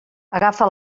agafa